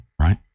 right